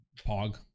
Pog